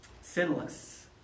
sinless